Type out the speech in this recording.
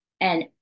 And-